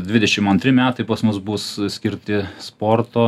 dvidešim antri metai pas mus bus skirti sporto